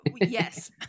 yes